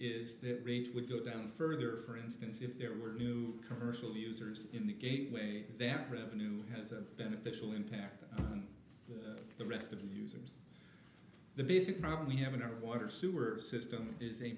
is that range would go down further for instance if there were new commercial users in the gateway vamped revenue has a beneficial impact on the rest of the users the basic problem we have in our water sewer system is a